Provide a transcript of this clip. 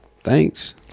Thanks